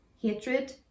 hatred